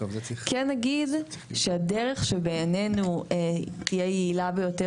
כן נגיד שהדרך שבעינינו תהיה יעילה ביותר